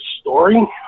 story